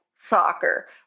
soccer